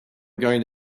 going